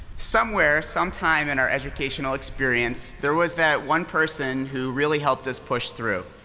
somewhere sometime in our educational experience, there was that one person who really helped us push through.